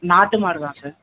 நாட்டு மாடு தான் சார்